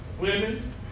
women